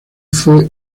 fue